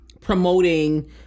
promoting